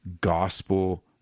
gospel